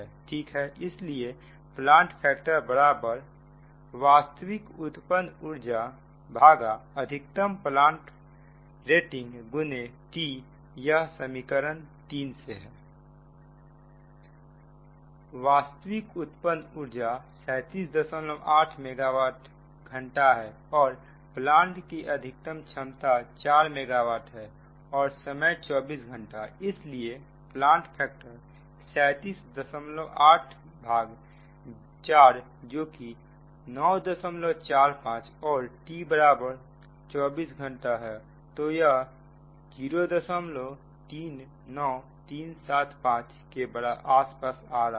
ठीक है इसलिए प्लांट फैक्टरवास्तविक उत्पन्न ऊर्जा अधिकतम प्लांट रेटिंग X Tयह समीकरण 3 से है वास्तविक उत्पन्न ऊर्जा 378 मेगावाट घंटा है और प्लांट की अधिकतम क्षमता 4 मेगा वाट है और समय 24 घंटा इसलिए प्लाट फैक्टर 378 भागा 4 जो कि 945 है और T बराबर 2 4 घंटा तो या 039375 के आसपास आ रहा है